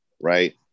right